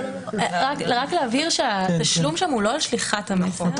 רק להבהיר שהתשלום שם הוא לא על שליחת המסר.